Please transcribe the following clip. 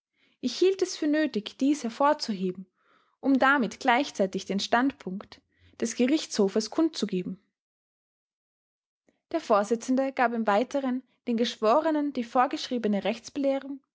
ich hielt es für nötig dies hervorzuheben um damit gleichzeitig den standpunkt des gerichtshofes kundzugeben der vorsitzende gab im weiteren den geschworenen die vorgeschriebene rechtsbelehrung